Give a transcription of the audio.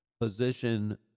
position